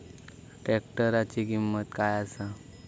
ट्रॅक्टराची किंमत काय आसा?